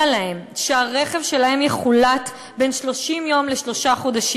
להם שהרכב שלהם יחולט לתקופה של בין 30 יום לשלושה חודשים.